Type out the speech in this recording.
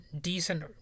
decent